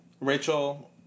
Rachel